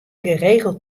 geregeld